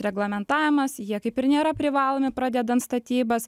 reglamentavimas jie kaip ir nėra privalomi pradedant statybas